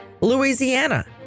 Louisiana